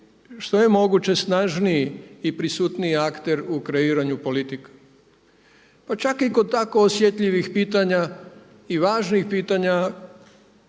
što je moguće snažniji i prisutniji akter u kreiranju politika. Pa čak i kod tako osjetljivih pitanja i važnih pitanja